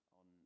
on